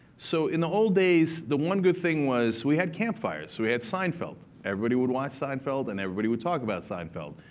so in the old days, the one good thing was we had campfires. so we had seinfeld. everybody would watch seinfeld, and everybody would talk about seinfeld.